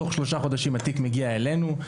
בתוך שלושה חודשים התיק מגיע אלינו.